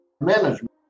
management